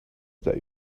that